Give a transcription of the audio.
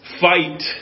fight